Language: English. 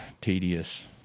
tedious